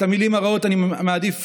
את המילים הרעות אני מעדיף